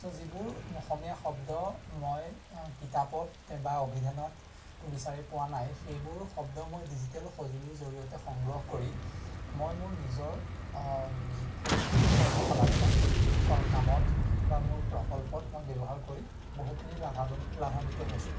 ছ' যিবোৰ অসমীয়া শব্দ মই কিতাপত বা অভিধানতো বিচাৰি পোৱা নাই সেইবোৰ শব্দ মই ডিজিটেল সঁজুলিৰ জৰিয়তে সংগ্ৰহ কৰি মই মোৰ নিজৰ শৈক্ষিক কৰ্মশালাত বা শৈক্ষিক কামত বা মোৰ প্ৰকল্পত মই ব্যৱহাৰ কৰি বহুখিনি লাভ লাভান্বিত হৈছোঁ